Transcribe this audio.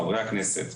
חברי הכנסת,